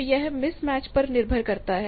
तो यह मिसमैच पर निर्भर करता है